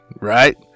Right